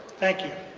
thank you.